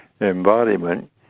embodiment